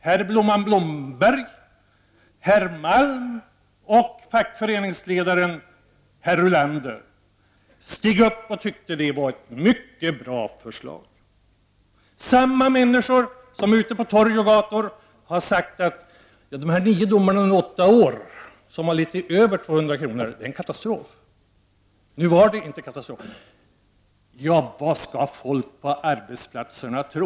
Herr ”Blomman” Blomberg, herr Malm och fackföreningsledaren herr Ulander tyckte att det var ett mycket bra förslag. Det gäller alltså samma människor som har sagt ute på gator och torg: De här nio domarna under åtta år som var över 200 kr. var en katastrof. Nu var det inte någon katastrof. Vad skall folk ute på arbetsplatserna tro?